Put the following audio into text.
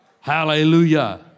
Hallelujah